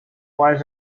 was